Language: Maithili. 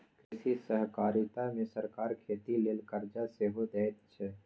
कृषि सहकारिता मे सरकार खेती लेल करजा सेहो दैत छै